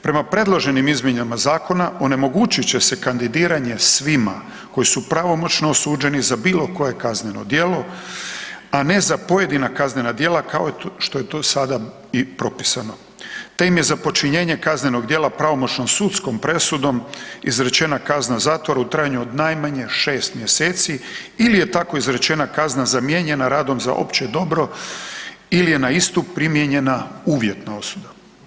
Prema predloženim izmjenama zakona, onemogućit će se kandidiranje svima koji su pravomoćno osuđeni za bilo koje kazneno djelo, a ne za pojedina kaznena djela, kao što je to sada i propisano te im je za počinjenje kaznenog djela pravomoćnom sudskom presudom izrečena kazna zatvora u trajanju od najmanje 6 mjeseci ili je tako izrečena kazna zamijenjena radom za opće dobro ili je na istu primijenjena uvjetna osuda.